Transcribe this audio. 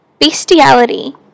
bestiality